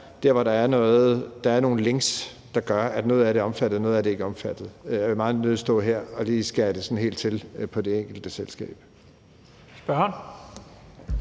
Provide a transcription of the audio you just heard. selskaber. Der er nogle links, der gør, at noget af det er omfattet, og at noget af det ikke er omfattet, men jeg vil meget nødig stå her og skære det sådan helt til på det enkelte selskab.